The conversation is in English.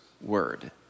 word